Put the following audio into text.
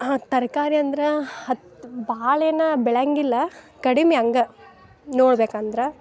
ಹಾಂ ತರಕಾರಿ ಅಂದ್ರೆ ಹತ್ತು ಭಾಳ ಏನು ಬೆಳೆಯಂಗಿಲ್ಲ ಕಡಿಮೆ ಹಂಗ ನೋಡ್ಬೇಕಂದ್ರೆ